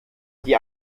die